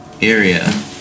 area